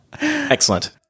excellent